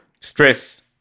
stress